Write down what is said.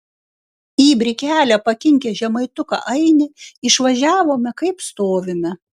į brikelę pakinkę žemaituką ainį išvažiavome kaip stovime